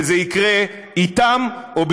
וזה יקרה איתם או בלעדיהם.